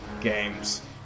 games